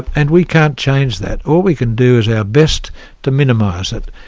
and we can't change that. all we can do is our best to minimise it.